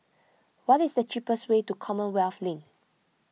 what is the cheapest way to Commonwealth Link